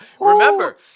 Remember